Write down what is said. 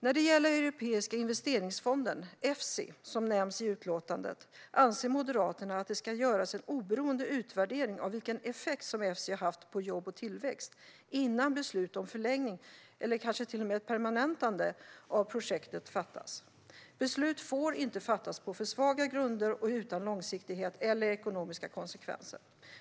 När det gäller Europeiska investeringsfonden, Efsi, som nämns i utlåtandet, anser Moderaterna att det ska göras en oberoende utvärdering av vilken effekt som den haft på jobb och tillväxt innan beslut om förlängning eller kanske till och med ett permanentande av projektet fattas. Beslut får inte fattas på för svaga grunder och utan långsiktighet eller ekonomiska konsekvenser.